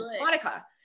Monica